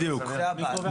בדיוק,